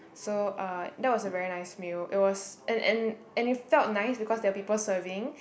so uh that was a very nice meal it was and and and it felt nice because there're people serving